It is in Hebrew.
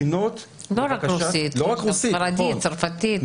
לא רק רוסית, גם ספרדית, צרפתית.